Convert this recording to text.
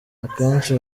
akenshi